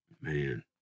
Man